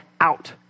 out